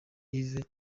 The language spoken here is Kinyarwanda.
yves